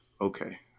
okay